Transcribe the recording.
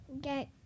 get